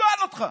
אני שואל אותך.